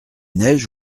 neige